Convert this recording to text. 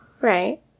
Right